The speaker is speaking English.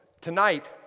tonight